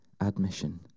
admission